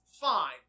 fine